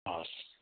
हवस्